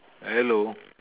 hello